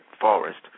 forest